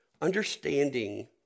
Understanding